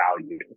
value